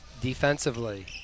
Defensively